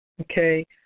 okay